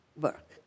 work